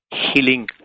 healing